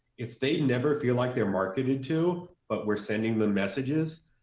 if they never feel like they're marketed to, but we're sending them messages,